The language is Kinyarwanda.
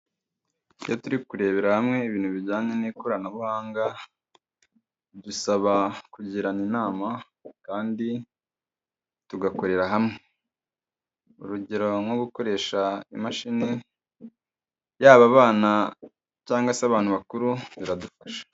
Iyo turi kurebera hamwe ibintu bijyanye n'ikoranabuhanga, dusaba kugirana inama kandi tugakorera hamwe, urugero nko gukoresha imashini yaba abana cyangwa se abantu bakuru biradufasha.